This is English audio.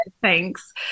thanks